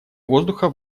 воздуха